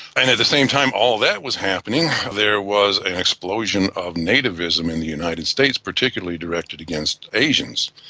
and at the same time all that was happening, there was an explosion of nativism in the united states, particularly directed against asians.